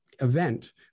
event